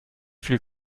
viel